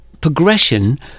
progression